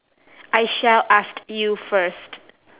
I shall ask you first